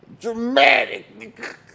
Dramatic